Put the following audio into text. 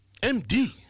MD